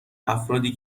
افرادی